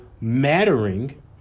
mattering